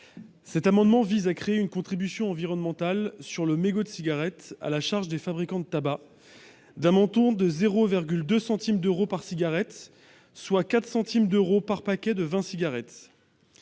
Cet amendement vise à créer une contribution environnementale sur les mégots de cigarettes à la charge des fabricants de tabac d'un montant de 0,2 centime d'euro par cigarette, soit 4 centimes d'euros par paquet de vingt cigarettes.